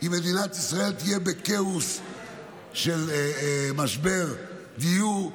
אם מדינת ישראל תהיה בכאוס של משבר דיור,